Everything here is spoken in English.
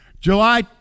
July